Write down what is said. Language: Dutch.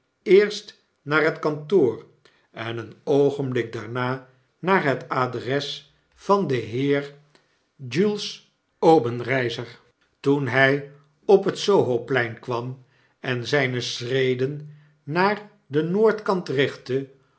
eerst naar het kantoor en een oogenblik daarna naar het adres van den heer jules obenreizer toen hg op het sohoplein kwam en zgne schreden naar den noordkant richtte